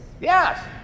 Yes